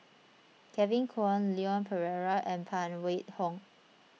Kevin Kwan Leon Perera and Phan Wait Hong